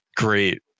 Great